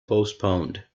postponed